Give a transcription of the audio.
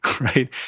right